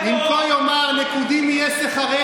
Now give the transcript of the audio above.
והבית הזה,